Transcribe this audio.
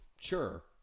sure